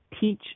teach